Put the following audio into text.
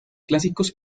clásicos